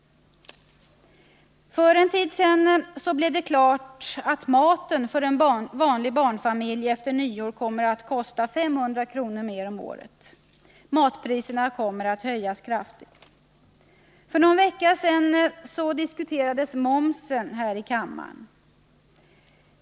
För en tid sedan blev det klart att maten för en vanlig barnfamilj efter nyår kommer att kosta 500 kr. mer om året. Matpriserna kommer att höjas kraftigt. För någon vecka sedan diskuterades momsen här i kammaren.